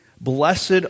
blessed